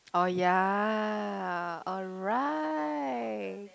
oh ya alright